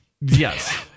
yes